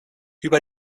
über